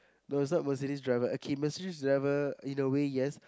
no is not Mercedes driver okay Mercedes driver in a way yes